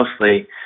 mostly